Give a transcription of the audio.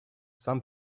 some